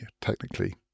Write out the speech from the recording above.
technically